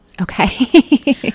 Okay